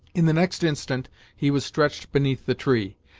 in the next instant he was stretched beneath the tree.